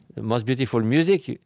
the most beautiful music,